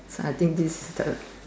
I think this is the